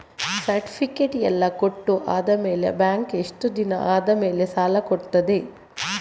Certificate ಎಲ್ಲಾ ಕೊಟ್ಟು ಆದಮೇಲೆ ಬ್ಯಾಂಕ್ ಎಷ್ಟು ದಿನ ಆದಮೇಲೆ ಸಾಲ ಕೊಡ್ತದೆ?